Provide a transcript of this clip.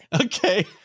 Okay